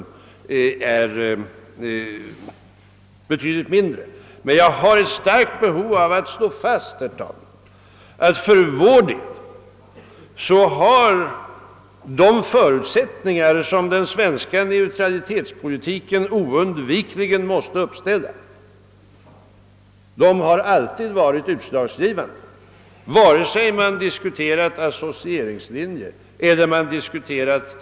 Men jag känner ett starkt behov av att slå fast, herr talman, att för vår del har de villkor för bevarande av den svenska neutraliteten, som oundvikligen måste uppställas, alltid varit utslagsgivande, vare sig man diskuterat associeringslinjen eller medlemskapslinjen.